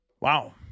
wow